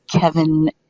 Kevin